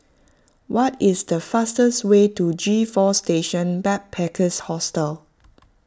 what is the fastest way to G four Station Backpackers Hostel